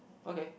okay